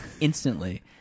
instantly